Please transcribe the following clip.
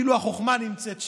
כאילו החוכמה נמצאת שם,